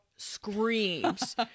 screams